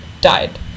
Died